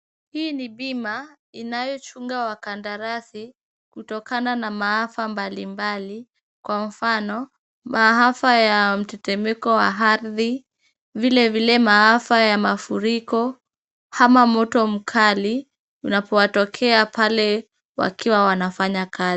Hii ni bima inayochunga wakandarasi kutokana na maafa mbali mbali. Kwa mfano: maafa ya mtetemko wa ardhi, vile vile maafa ya mafuriko ama moto mkali unapowatokea pale wakiwa wanafanya kazi.